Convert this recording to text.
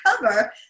cover